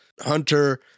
Hunter